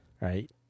right